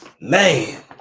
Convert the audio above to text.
Man